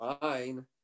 fine